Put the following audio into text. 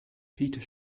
peter